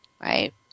right